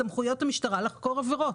מסמכויות המשטרה לחקור עבירות.